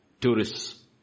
tourists